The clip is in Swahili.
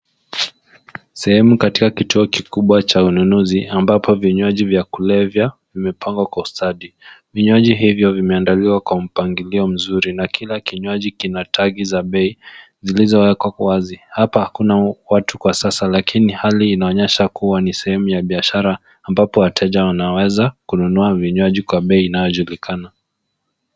Sehemu katika kituo kikubwa cha ununuzi ambapo vinywaji vya kulevya vimepangwa kwa ustadi. Vinywaji hivyo vimeandaliwa kwa mpangilio mzuri na kila kinywaji kina tagi za bei zilizowekwa wazi. Hapa hakuna watu kwa sasa, lakini hali inaonyesha kuwa ni sehemu ya biashara ambapo wateja wanaweza kununua vinywaji kwa bei inayojulikana.